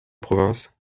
provence